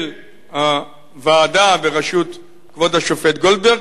של הוועדה בראשות כבוד השופט גולדברג,